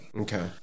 okay